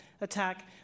attack